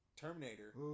Terminator